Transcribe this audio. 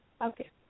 Okay